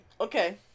Okay